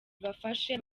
ibafashe